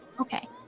Okay